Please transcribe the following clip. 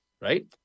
right